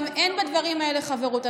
גם אין בדברים האלה חברות.